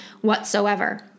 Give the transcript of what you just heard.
whatsoever